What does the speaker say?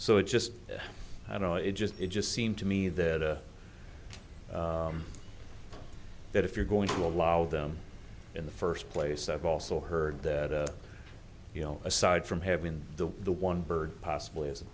so it just i don't know it just it just seemed to me that a that if you're going to allow them in the first place i've also heard that you know aside from have been the one bird possibly as a